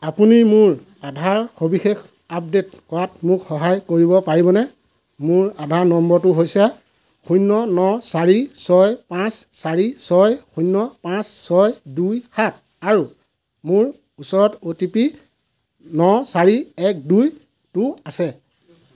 আপুনি মোৰ আধাৰৰ সবিশেষ আপডে'ট কৰাত মোক সহায় কৰিব পাৰিবনে মোৰ আধাৰ নম্বৰটো হৈছে শূন্য ন চাৰি ছয় পাঁচ চাৰি ছয় শূন্য পাঁচ ছয় দুই সাত আৰু মোৰ ওচৰত অ' টি পি ন চাৰি এক দুইটো আছে